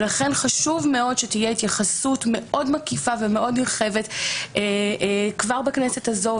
לכן חשוב מאוד שתהיה התייחסות מאוד מקיפה ומאוד נרחבת כבר בכנסת הזו,